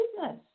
business